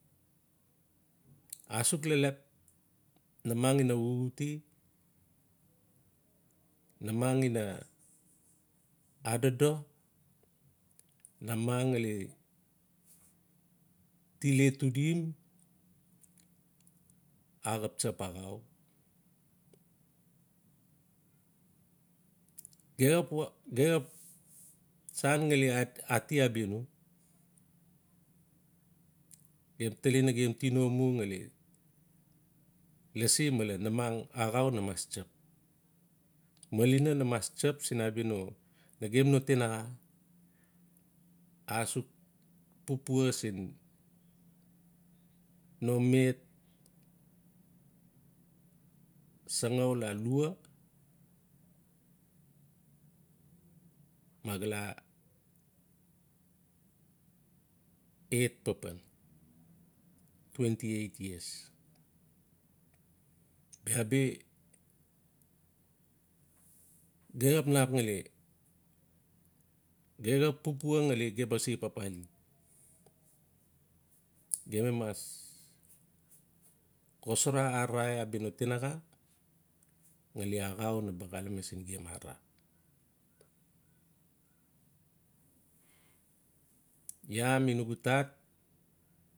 Asuk leplep. namang ina xuxute. namang ina adodo. namang ngali til etudim axap tsap axau. Ge xap-ge-xap ngali ati abia no. gem tali nagem tino mu ngali lasi male namang axau na mas tsap. Malina na mas tsap siin abia no nagem no tinaxa. Asuk papua siin no met asangaul alua ma ga la et papan. twenty eight years. Bia bi gem xap nap ngali ge xap papua ngali ge papali. Gem na mas xosara arara abis no tinaxa ngali axau naba xalame siin gem, arara isa mi nugu tat.